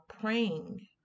praying